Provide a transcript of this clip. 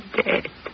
dead